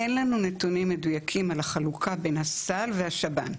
אין לנו נתונים מדויקים על החלוקה בין הסל והשב"ן.